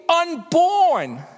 unborn